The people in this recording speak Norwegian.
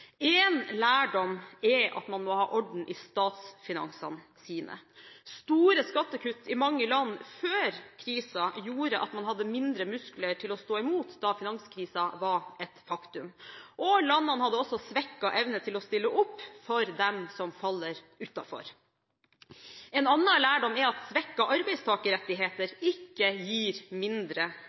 En lærdom er at man må ha orden i statsfinansene sine. Store skattekutt i mange land før krisen gjorde at man hadde mindre muskler til å stå imot da finanskrisen var et faktum. Landene hadde også svekket evne til å stille opp for dem som faller utenfor. En annen lærdom er at svekkede arbeidstakerrettigheter ikke gir mindre